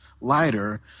lighter